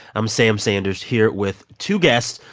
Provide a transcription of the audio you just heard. i'm sam sanders, here with two guests,